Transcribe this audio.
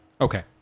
Okay